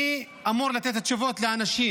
מי אמור לתת את התשובות לאנשים?